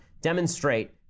Demonstrate